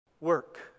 Work